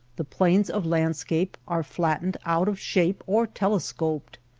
the planes of landscape are flattened out of shape or telescoped,